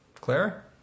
Claire